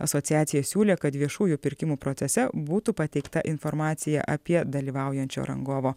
asociacija siūlė kad viešųjų pirkimų procese būtų pateikta informacija apie dalyvaujančio rangovo